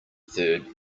third